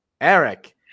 Eric